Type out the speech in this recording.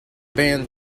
band